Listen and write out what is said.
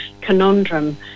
conundrum